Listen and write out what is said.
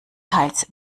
teils